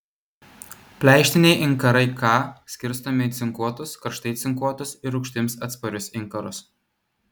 pleištiniai inkarai ka skirstomi į cinkuotus karštai cinkuotus ir rūgštims atsparius inkarus